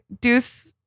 Deuce